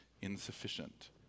insufficient